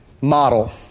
model